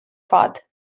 fad